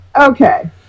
Okay